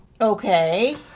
Okay